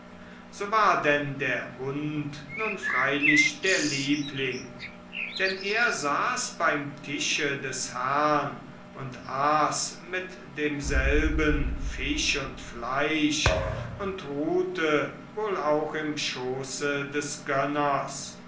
so war denn der hund nun freilich der liebling denn er saß beim tische des herrn und aß mit demselben fisch und fleisch und ruhte wohl auch im schoße des